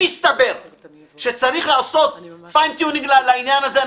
אם יסתבר שצריך לעשות פיין טיונינג לעניין הזה,